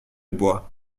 bois